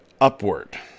upward